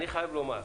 אני חייב לומר.